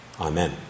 Amen